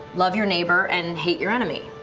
love your neighbor and hate your enemy.